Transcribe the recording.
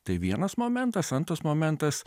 tai vienas momentas antras momentas